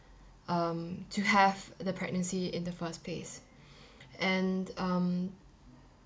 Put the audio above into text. um to have the pregnancy in the first place and um